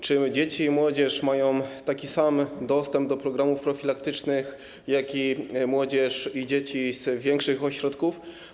Czy dzieci i młodzież mają tam taki sam dostęp do programów profilaktycznych, jak młodzież i dzieci z większych ośrodków?